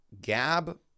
Gab